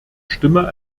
stimme